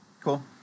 Cool